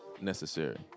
necessary